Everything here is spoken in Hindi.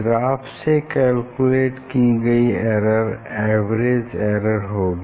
ग्राफ से कैलकुलेट की गयी एरर एवरेज एरर होगी